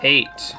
Eight